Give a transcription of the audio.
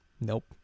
Nope